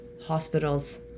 Hospitals